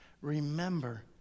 Remember